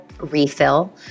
refill